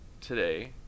today